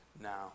now